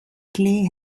clay